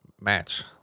match